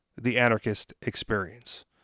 TheAnarchistExperience